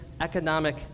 economic